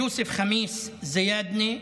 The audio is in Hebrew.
יוסף חמיס זיאדנה,